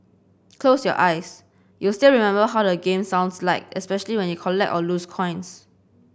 close your eyes you'll still remember how the game sounds like especially when you collect or lose coins